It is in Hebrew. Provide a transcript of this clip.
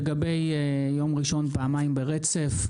לגבי יום ראשון פעמיים ברצף.